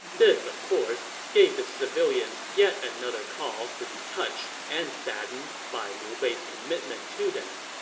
this, of course, gave the civilians yet another cause to be touched and saddened by liu bei's commitment to them.